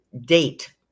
date